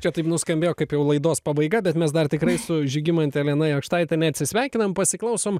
čia taip nuskambėjo kaip jau laidos pabaiga bet mes dar tikrai su žygimante elena jakštaite neatsisveikinam pasiklausom